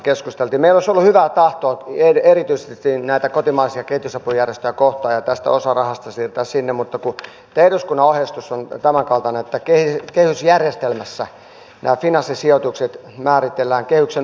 meillä olisi ollut hyvää tahtoa erityisesti näitä kotimaisia kehitysapujärjestöjä kohtaan ja osa tästä rahasta siirtää sinne mutta kun tämä eduskunnan ohjeistus on tämänkaltainen että kehysjärjestelmässä nämä finanssisijoitukset määritellään kehyksen ulkopuolisiksi menoiksi